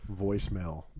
voicemail